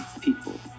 people